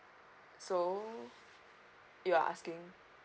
so you are asking